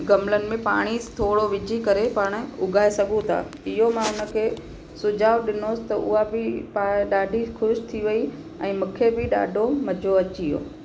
गमलनिग में पाणी थोरो विझी करे पाण उगाए सघूं था इहो मां उन खे सुझाव ॾिनोसि त उहा बि पाण ॾाढी ख़ुशि थी वई ऐं मूंखे बि ॾाढो मज़ो अची वियो